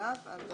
שהוא